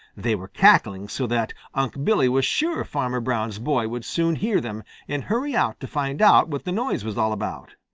they were cackling so that unc' billy was sure farmer brown's boy would soon hear them and hurry out to find out what the noise was all about.